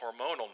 hormonal